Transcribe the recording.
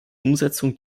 umsetzung